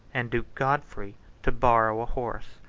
and duke godfrey to borrow a horse.